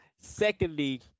Secondly